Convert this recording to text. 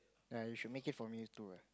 yea you should make it for me too